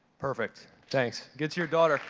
perfect. thanks. get to your daughter.